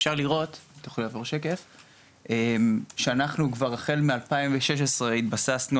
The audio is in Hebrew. אפשר לראות שאנחנו כבר החל משנת 2016 התבססנו